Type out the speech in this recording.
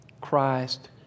Christ